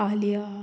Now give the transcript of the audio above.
आलिया